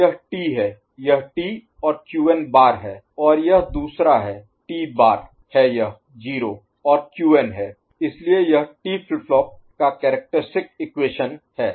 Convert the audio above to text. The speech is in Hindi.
तो यह T है यह T और Qn बार है और यह दूसरा है T बार है यह 0 और Qn है इसलिए यह T फ्लिप फ्लॉप का कैरेक्टरिस्टिक इक्वेशन है